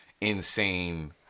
insane